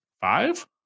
five